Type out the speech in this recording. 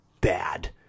bad